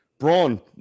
Braun